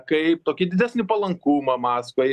kaip tokį didesnį palankumą maskvai